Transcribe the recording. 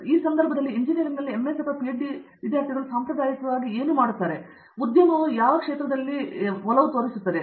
ಆದ್ದರಿಂದ ಆ ಸಂದರ್ಭಗಳಲ್ಲಿ ಎಂಜಿನಿಯರಿಂಗ್ನಲ್ಲಿ ಎಂಎಸ್ ಪಿಹೆಚ್ಡಿ ವಿದ್ಯಾರ್ಥಿಗಳು ಸಾಂಪ್ರದಾಯಿಕವಾಗಿ ಏನು ಮಾಡುತ್ತಾರೆ ಎಂಬುದನ್ನು ಉದ್ಯಮವು ತೋರಿಸುತ್ತದೆ